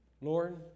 Lord